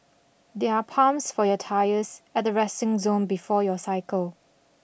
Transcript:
there are pumps for your tyres at the resting zone before your cycle